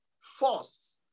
force